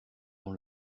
dans